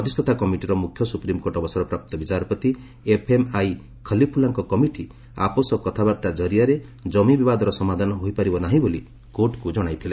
ମଧ୍ୟସ୍ଥତା କମିଟିର ମୁଖ୍ୟ ସୁପ୍ରିମ୍କୋର୍ଟ ଅବସରପ୍ରାପ୍ତ ବିଚାରପତି ଏଫ୍ଏମ୍ଆଇ ଖଲିଫୁଲ୍ଲାଙ୍କ କମିଟି ଆପୋଷ କଥାବାର୍ତ୍ତା ଜରିଆରରେ ଜମି ବିବାଦର ସମାଧାନ ହୋଇପାରିବ ନାହିଁ ବୋଲି କୋର୍ଟ୍କୁ ଜଣାଇଥିଲେ